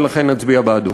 ולכן נצביע בעדו.